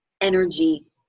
energy